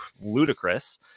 ludicrous